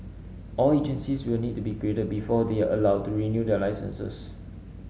all agencies will need to be graded before they are allowed to renew their licences